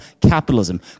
capitalism